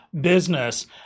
business